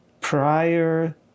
prior